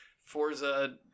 Forza